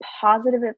positive